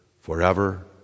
forever